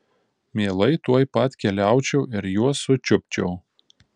mielai tuoj pat keliaučiau ir juos sučiupčiau